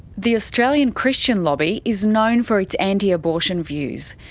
the australian christian lobby is known for its anti-abortion views.